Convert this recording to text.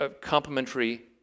complementary